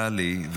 טלי,